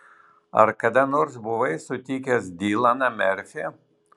ar kada nors buvai sutikęs dilaną merfį